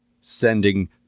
sending